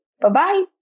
Bye-bye